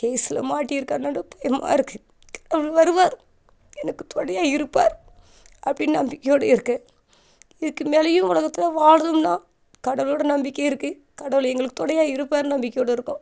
கேஸில் மாட்டிருக்கான் பயமாக இருக்குது அவர் வருவார் எனக்கு துணையா இருப்பார் அப்படின்னு நம்பிக்கையோடயா இருக்கேன் இதுக்கு மேலேயும் உலகத்தில் வாழணுன்னா கடவுளோடயா நம்பிக்கை இருக்குது கடவுள் எங்களுக்கு துணையா இருப்பாருன்னு நம்பிக்கையோடய இருக்கோம்